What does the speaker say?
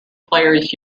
players